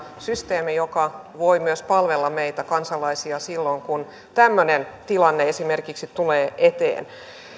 systeemin joka voi myös palvella meitä kansalaisia silloin kun tämmöinen tilanne esimerkiksi tulee eteen